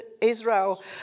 Israel